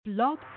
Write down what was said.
Blog